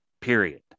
period